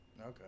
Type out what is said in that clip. Okay